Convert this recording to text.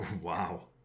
Wow